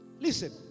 listen